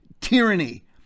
tyranny